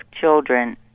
children